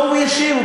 לא, הוא ישיב.